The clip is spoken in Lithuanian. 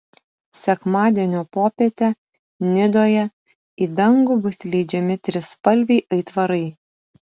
sekmadienio popietę nidoje į dangų bus leidžiami trispalviai aitvarai